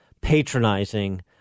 patronizing